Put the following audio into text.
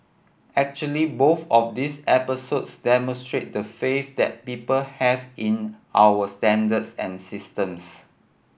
actually both of these episodes demonstrate the faith that people have in our standards and systems